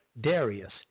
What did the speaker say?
Darius